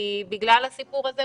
כי בגלל הסיפור הזה,